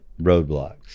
roadblocks